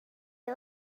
you